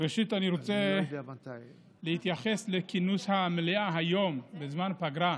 ראשית אני רוצה להתייחס לכינוס המליאה היום בזמן פגרה,